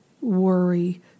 worry